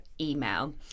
email